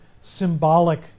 symbolic